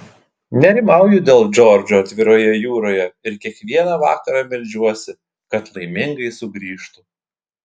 nerimauju dėl džordžo atviroje jūroje ir kiekvieną vakarą meldžiuosi kad laimingai sugrįžtų